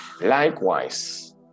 likewise